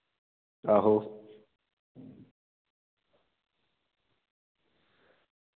आहो